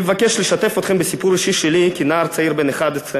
אני מבקש לשתף אתכם בסיפור אישי שלי כנער צעיר בן 11,